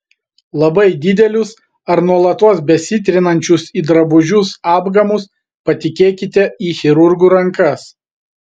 labai didelius ar nuolatos besitrinančius į drabužius apgamus patikėkite į chirurgų rankas